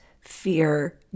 fear